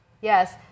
Yes